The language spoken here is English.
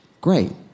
great